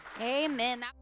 Amen